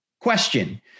Question